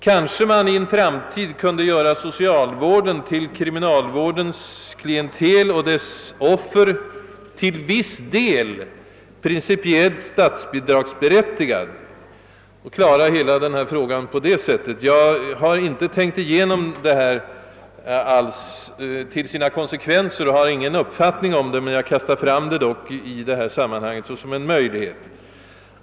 Kanske man i framtiden kunde göra socialvård bland kriminalvårdens klientel och offer för följderna av frihetsstraffen till viss del principiellt statshidragsberättigad och klara av hela problemet på det sättet. Jag har inte tänkt igenom vilka konsekvenser i olika avseenden detta kan få och har alltså ingen uppfattning härom. Men jag har i detta sammanhang velat kasta fram denna tanke som en möjlighet.